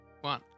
One